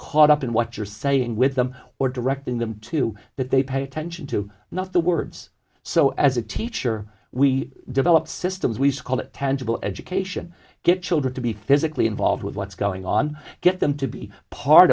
caught up in what you're saying with them or directing them to that they pay attention to not the words so as a teacher we develop systems we call it tangible education get children to be physically involved with what's going on get them to be part